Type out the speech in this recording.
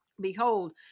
behold